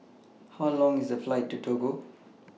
How Long IS The Flight to Togo